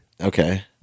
Okay